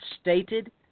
stated